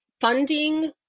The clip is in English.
funding